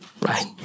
right